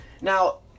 Now